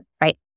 right